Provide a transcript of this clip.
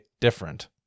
different